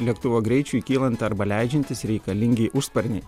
lėktuvo greičiui kylant arba leidžiantis reikalingi užsparniai